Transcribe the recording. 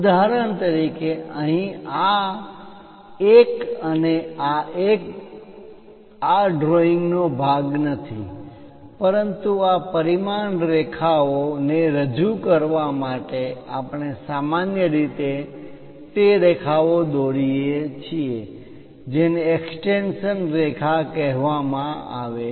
ઉદાહરણ તરીકે અહીં આ એક અને આ એક આ ડ્રોઇંગ નો ભાગ નથી પરંતુ આ પરિમાણ રેખા ઓ ને રજુ કરવા માટે આપણે સામાન્ય રીતે તે રેખા દોરીએ છીએ જેને એક્સ્ટેંશન રેખા કહેવામાં આવે છે